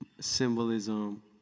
symbolism